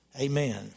Amen